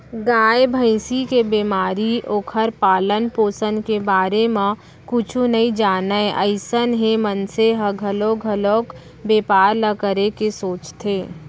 गाय, भँइसी के बेमारी, ओखर पालन, पोसन के बारे म कुछु नइ जानय अइसन हे मनसे ह घलौ घलोक बैपार ल करे के सोचथे